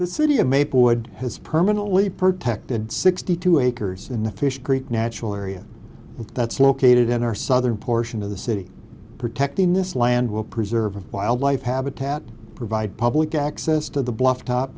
the city of maplewood has permanently protected sixty two acres in the fish creek natural area that's located in our southern portion of the city protecting this land will preserve wildlife habitat provide public access to the bluff top